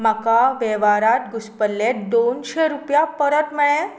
म्हाका वेव्हारांत घुसपल्ले दोनशे रुपया परत मेळ्ळे